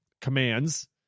commands